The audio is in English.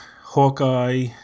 Hawkeye